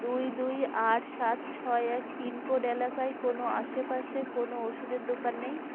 দুই দুই আট সাত ছয় এক পিনকোড এলাকায় কোনও আশেপাশে কোনও ওষুধের দোকান নেই